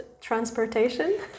transportation